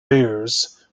bears